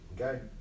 okay